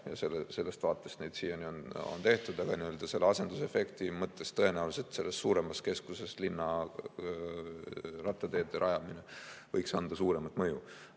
ja sellest vaatest neid siiani on tehtud, aga asendusefekti mõttes annaks tõenäoliselt selles suuremas keskuses linna rattateede rajamine suuremat mõju.